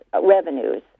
Revenues